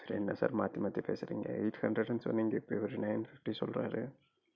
என்ன சார் மாற்றி மாற்றி பேசுகிறீங்க எய்ட் ஹண்ட்ரடுனு சொன்னீங்க இப்போ இவர் நயன் ஃபிஃப்டி சொல்றார்